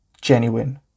Genuine